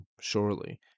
surely